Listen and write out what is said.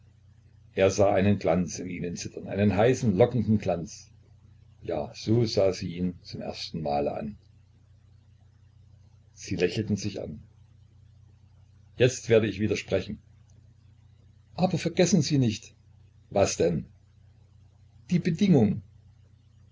er sah einen glanz in ihren zittern einen heißen lockenden glanz ja so sah sie ihn zum ersten male an sie lächelten sich an jetzt werd ich wieder sprechen aber vergessen sie nicht was denn die bedingung